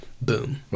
Boom